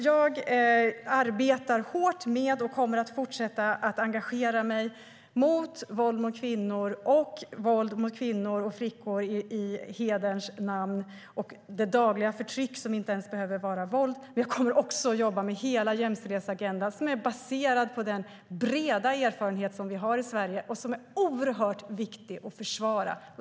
Jag arbetar hårt och kommer att fortsätta att engagera mig mot våld mot kvinnor i allmänhet samt våld mot kvinnor och flickor i hederns namn och det dagliga förtryck som inte ens behöver vara våld. Men jag kommer också att jobba med hela jämställdhetsagendan, som är baserad på den breda erfarenhet som vi har i Sverige och som är oerhört viktig att försvara.